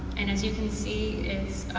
and as you can see, it's